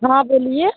हाँ बोलिए